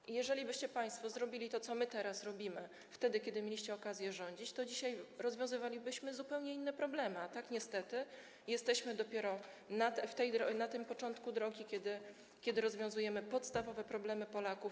I jeżelibyście państwo zrobili to, co my teraz robimy, wtedy kiedy mieliście okazję rządzić, to dzisiaj rozwiązywalibyśmy zupełnie inne problemy, a tak niestety jesteśmy dopiero na początku drogi, kiedy rozwiązujemy podstawowe problemy Polaków.